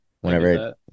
Whenever